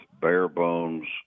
bare-bones